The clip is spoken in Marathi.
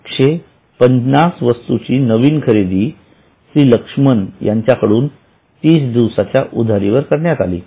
150 वस्तूंची नवीन खरेदी श्री लक्ष्मण यांच्याकडून तीस दिवसांच्या उधारीवर करण्यात आली